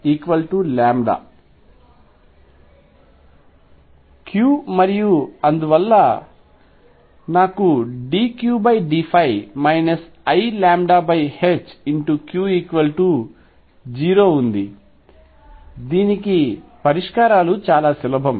Q మరియు అందువల్ల నాకు dQdϕ iλQ0 ఉంది దీనికి పరిష్కారాలు చాలా సులభం